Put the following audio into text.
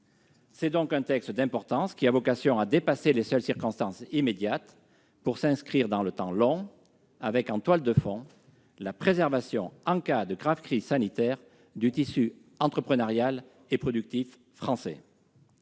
C'est donc un texte d'importance qui a vocation à dépasser les seules circonstances immédiates pour s'inscrire dans le temps long avec, en toile de fond, la préservation en cas de grave crise sanitaire du tissu entrepreneurial et productif français.